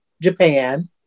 Japan